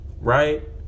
right